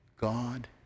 God